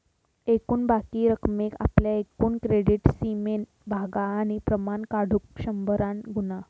एकूण बाकी रकमेक आपल्या एकूण क्रेडीट सीमेन भागा आणि प्रमाण काढुक शंभरान गुणा